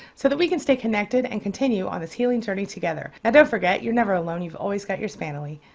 so that we can stay connected and continue on this healing journey together. and don't forget you're never alone, you've always got your spanily.